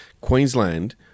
Queensland